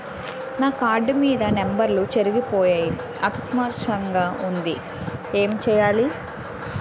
నా కార్డ్ మీద నంబర్లు చెరిగిపోయాయి అస్పష్టంగా వుంది ఏంటి చేయాలి?